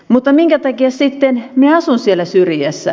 mutta minkä takia sitten asun siellä syrjässä